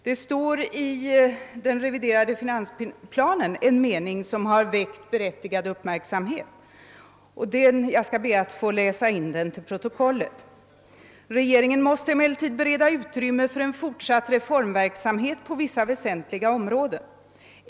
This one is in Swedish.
Det finns i den reviderade finansplanen en mening som har väckt berättigad uppmärksamhet, och jag skall be att få läsa in den till protokollet: »Regeringen måste emellertid bereda utrymme för en fortsatt reformverksamhet på vissa väsentliga områden.